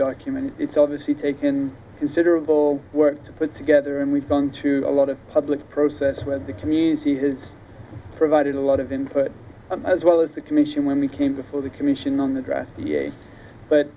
document it's obviously taken considerable work to put together and we've gone to a lot of public process where the community has provided a lot of input as well as the commission when we came before the commission on the draft